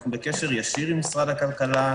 אנחנו בקשר ישיר עם משרד הכלכלה.